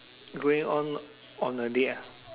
going on on a date ah